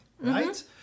right